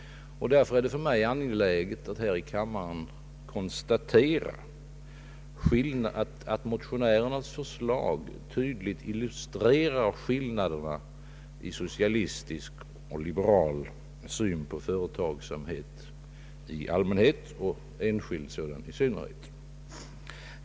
Därför är det för mig angeläget att här i kammaren konstatera, att motionärernas förslag tydligt illustrerar skillnaderna mellan en liberal och en socialistisk syn på företagsamhet i allmänhet och enskilt näringsliv i synnerhet.